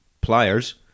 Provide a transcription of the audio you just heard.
Pliers